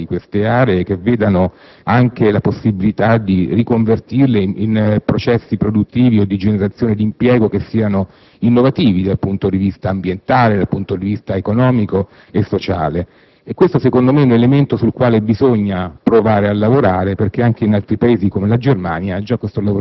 per elaborare delle strategie di riconversione di queste aree che vedano anche la possibilità di riconvertirle in processi produttivi o di generazione di impiego che siano innovativi dal punto di vista ambientale, economico e sociale. Questo, secondo me, è un elemento sul quale bisogna